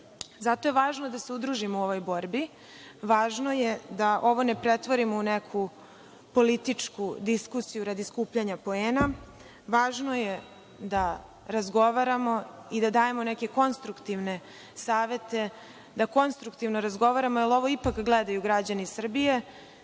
je važno da se udružimo u ovoj borbi. Važno je da ovo ne pretvorimo u neku političku diskusiju radi skupljanja poena, važno je da razgovaramo i da dajemo neke konstruktivne savete, da konstruktivno razgovaramo, jel ovo ipak gledaju građani Srbije